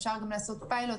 אפשר גם לעשות פיילוט.